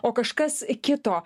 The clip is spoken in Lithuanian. o kažkas kito